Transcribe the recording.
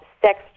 sex